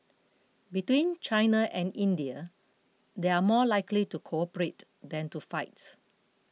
between China and India they are more likely to cooperate than to fight